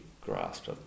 grasped